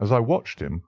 as i watched him